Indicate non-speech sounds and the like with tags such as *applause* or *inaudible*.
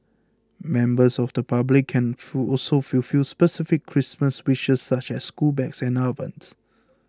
members of the public can *unintelligible* also fulfil specific Christmas wishes such as school bags and ovens